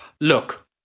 look